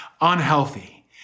unhealthy